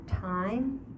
time